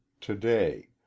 today